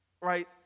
right